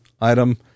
item